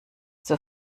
zur